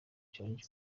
challenge